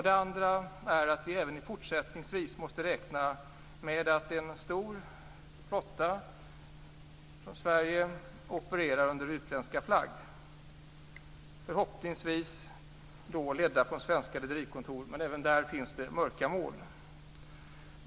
Den andra är att vi även fortsättningsvis måste räkna med att en stor flotta av fartyg från Sverige opererar under utländsk flagg, förhoppningsvis ledd från svenska rederikontor, men även på det området finns det mörka moln.